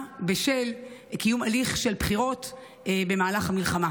בשל קיום הליך של בחירות במהלך מלחמה.